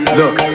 look